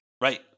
Right